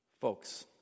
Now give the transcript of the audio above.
folks